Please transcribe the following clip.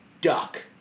duck